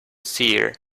seer